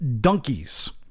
donkeys